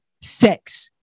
sex